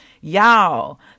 Y'all